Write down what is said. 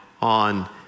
on